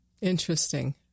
Interesting